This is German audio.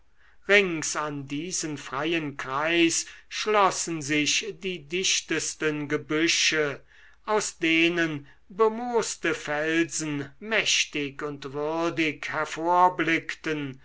rings an diesen freien kreis schlossen sich die dichtesten gebüsche aus denen bemooste felsen mächtig und würdig